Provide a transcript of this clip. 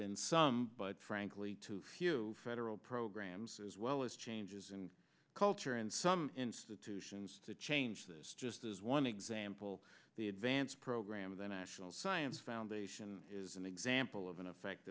been some but frankly too few federal programs as well as changes in culture and some institutions to change this just as one example the advance program of the national science foundation is an example of an effect